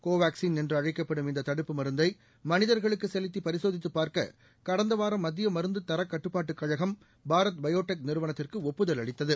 கோவேக்ஸின் என்றழைக்கப்படும் இந்ததடுப்பு மருந்தைமனிதர்களுக்குசெலுத்திபரிசோதித்துப் பார்க்ககடந்தவாரம் மத்தியமருந்துதரக் கட்டுப்பாட்டுக் கழகம் பாரத் பயோடெக் நிறுவனத்திற்குஒப்புதல் அளித்தது